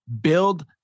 build